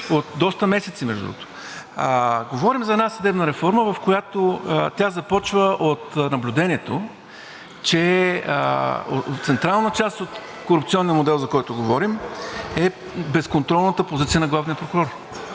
От доста месеци, между другото. Говорим за една съдебна реформа, която започва от наблюдението, че централна част от корупционния модел, за който говорим, е безконтролната позиция на главния прокурор.